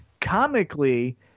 comically